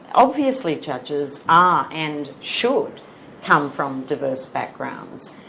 obviously judges are and should come from diverse backgrounds.